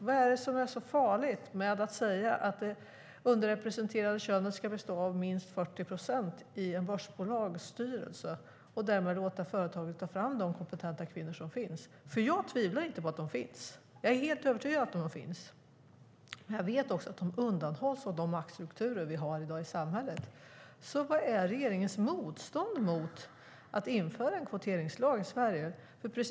Vad är det som är så farligt med att säga att det underrepresenterade könet ska ha minst 40 procent i en börsbolagsstyrelse och därmed låta företaget ta fram de kompetenta kvinnor som finns? Jag tvivlar inte på att de finns. Jag är helt övertygad om att de finns. Jag vet också att de undantas av de maktstrukturer vi har i dag i samhället. Vad är orsaken till regeringens motstånd mot att införa en kvoteringslag i Sverige?